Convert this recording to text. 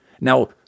Now